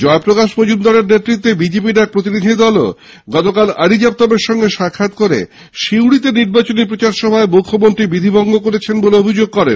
জয়প্রকাশ মজুমদারের নেতৃত্বে বিজেপির এক প্রতিনিধি দলও গতকাল আরজি আফতারের সঙ্গে সাক্ষাত করে সিউড়িতে নির্বাচনী প্রচারে মুখ্যমন্ত্রী বিধিবঙ্গ করেছেন বলে অভিযোগ করেন